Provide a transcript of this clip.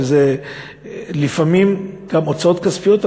וזה לפעמים גם הוצאות כספיות,